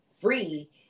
free